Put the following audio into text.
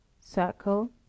circle